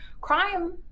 crime